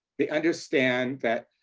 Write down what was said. they understand that,